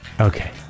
Okay